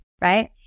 Right